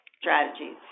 strategies